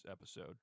episode